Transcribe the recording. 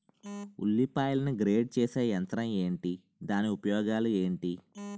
ఉల్లిపాయలను గ్రేడ్ చేసే యంత్రం ఏంటి? దాని ఉపయోగాలు ఏంటి?